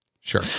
Sure